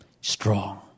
strong